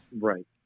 Right